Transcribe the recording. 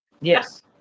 yes